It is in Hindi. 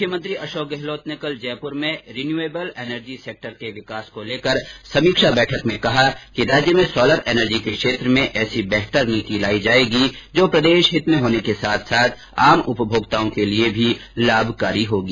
मुख्यमंत्री अशोक गहलोत ने कल जयपुर में रिन्युएबल एनर्जी सेक्टर के विकास को लेकर समीक्षा बैठक में कहा कि राज्य में सोलर एनर्जी के क्षेत्र में ऐसी बेहतर नीति लाई जाएगी जो प्रदेशहित में होने के साथ साथ आम उपभोक्ता के लिए भी लाभकारी होगी